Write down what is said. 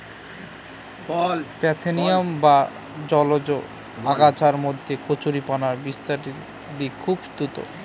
parthenium বা জলজ আগাছার মধ্যে কচুরিপানা বিস্তারের দিক খুবই দ্রূত